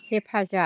हेफाजाब